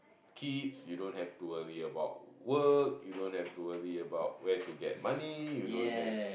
kids you don't have to worry about work you don't have to worry about where to get money